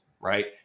Right